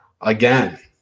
again